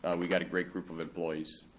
we got a great group of employees.